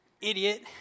Idiot